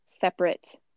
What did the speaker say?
separate